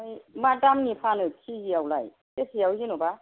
ओमफ्राय मा दामनि फानो केजि आवलाय सेरसेयाव जेनेबा